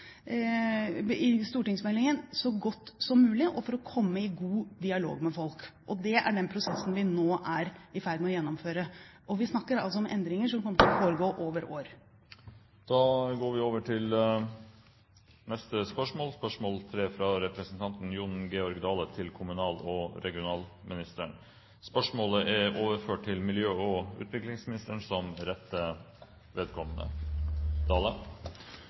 stortingsmeldingen så godt som mulig og for å komme i god dialog med folk. Det er den prosessen vi nå er i ferd med å gjennomføre. Vi snakker altså om endringer som kommer til å foregå over år. Dette spørsmålet, fra representanten Jon Georg Dale til kommunal- og regionalministeren, er overført til miljø- og utviklingsministeren som rette vedkommende.